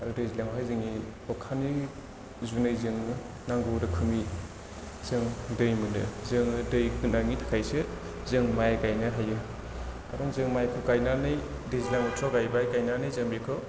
आरो दैज्लांआवहाय जोंनि अखानि जुनै जोङो नांगौ रोखोमनि जों दै मोनो जोङो दै गोनांनि थाखायसो जों माइ गायनो हायो खारन जों माइ गायनानै दैज्लां बोथोराव गायबाय गायनानै जों बेखौ